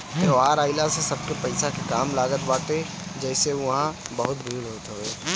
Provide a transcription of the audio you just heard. त्यौहार आइला से सबके पईसा के काम लागत बाटे जेसे उहा बहुते भीड़ होत हवे